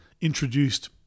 introduced